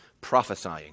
prophesying